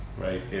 Right